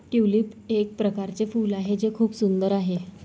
tulip एक प्रकारचे फूल आहे जे खूप सुंदर आहे